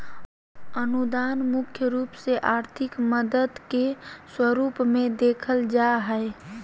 अनुदान मुख्य रूप से आर्थिक मदद के स्वरूप मे देखल जा हय